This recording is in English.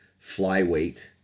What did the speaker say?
flyweight